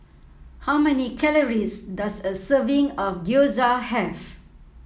how many calories does a serving of Gyoza Have